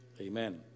amen